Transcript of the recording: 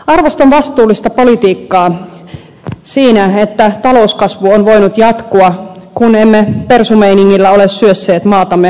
arvostan vastuullista politiikkaa siinä että talouskasvu on voinut jatkua kun emme persumeiningillä ole syösseet maatamme uuteen lamaan